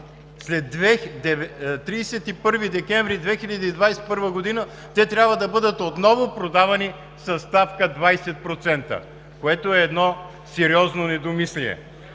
След 31 декември 2021 г. те трябва да бъдат отново продавани със ставка 20%, което е едно сериозно недомислие.